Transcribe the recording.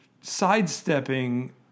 sidestepping